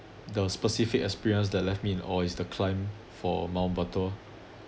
the specific experiences that left me in awe is the climb for mount batur